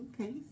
Okay